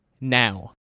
Now